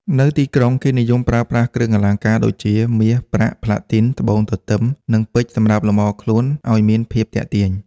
នៅទីក្រុងគេនិយមប្រើប្រាស់គ្រឿងអលង្ការដូចជា មាស ប្រាក់ ផ្លាទីន ត្បូងទទឹម និងពេជ្រសម្រាប់លំអខ្លួនអោយមានភាពទាក់ទាញ។